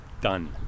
done